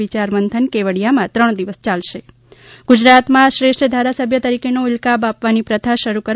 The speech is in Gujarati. વિયારમંથન કેવડીયામાં ત્રણ દિવસ ચાલશે ગુજરાતમાં શ્રેષ્ઠ ધારાસભ્ય તરીકેનો ઇલકાબ આપવાની પ્રથા શરૂ કરવા